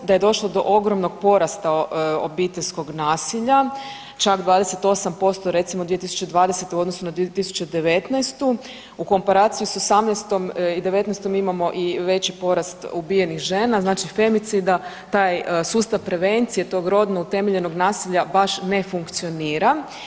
Da je došlo do ogromnog porasta obiteljskog nasilja, čak 28% 2020. u odnosu na 2019., u komparaciji s '18. i '19. imamo i veći porast ubijenih žena znači femicida, taj sustav prevencije tog rodno utemeljenog nasilja baš ne funkcionira.